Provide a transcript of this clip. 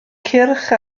cyrch